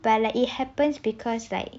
but like it happens because like